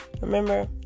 Remember